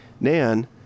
Nan